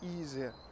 easier